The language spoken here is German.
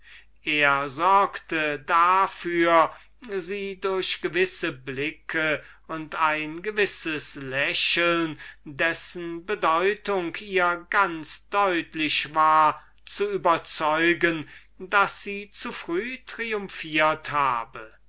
er sorgte dafür sie durch gewisse blicke und ein gewisses lächeln dessen bedeutung ihr ganz deutlich war zu überzeugen daß sie zu früh triumphiert habe